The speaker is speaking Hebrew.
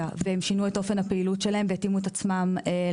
והם שינו את אופן הפעילות שלהם והתאימו את עצמם למצב.